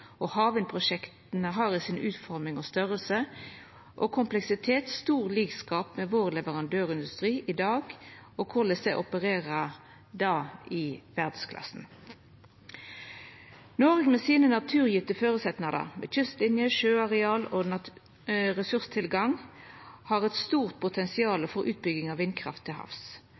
Og havvindprosjekta har i utforming, størrelse og kompleksitet stor likskap med vår leverandørindustri i dag, og korleis den opererer i verdsklassen. Noreg med sine naturgjevne føresetnader, med kystlinje, sjøareal og ressurstilgang, har eit stort potensial for utbygging av vindkraft til havs.